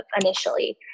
initially